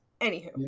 anywho